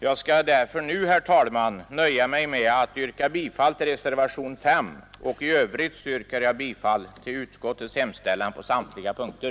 Jag skall därför, herr talman, nöja mig med att yrka bifall till reservationen 5, och i övrigt yrkar jag bifall till utskottets hemställan på samtliga punkter.